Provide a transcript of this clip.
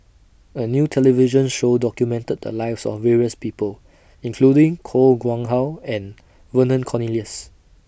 A New television Show documented The Lives of various People including Koh Nguang How and Vernon Cornelius